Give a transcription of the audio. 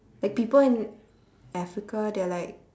like people in africa they're like